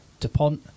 Depont